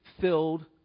filled